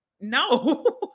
No